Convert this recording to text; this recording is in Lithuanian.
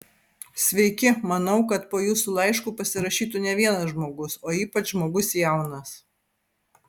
sveiki manau kad po jūsų laišku pasirašytų ne vienas žmogus o ypač žmogus jaunas